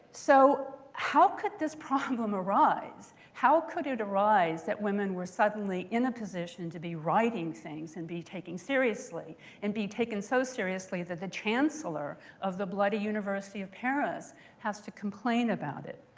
so how could this problem arise? how could it arise that women were suddenly in a position to be writing things and be taken seriously and be taken so seriously that the chancellor of the bloody university of paris has to complain about it?